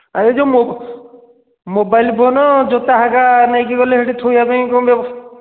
ଆଉ ଏହି ଯେଉଁ ମୋବାଇଲ ଫୋନ ଜୋତା ହେରିକା ନେଇକି ଗଲେ ହେଇଟି ଥୋଇବା ପାଇଁ କ'ଣ ବ୍ୟବସ୍ଥା